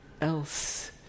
else